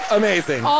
amazing